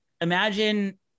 imagine